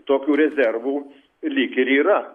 tokių rezervų lyg ir yra